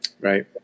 Right